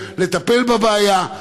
לטפל בבעיה,